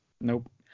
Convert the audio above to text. Nope